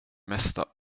mesta